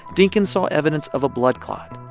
dinkins saw evidence of a blood clot,